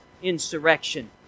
Insurrection